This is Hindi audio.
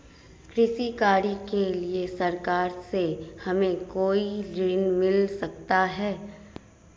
कृषि कार्य के लिए सरकार से हमें कोई ऋण मिल सकता है?